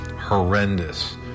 horrendous